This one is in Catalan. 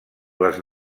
les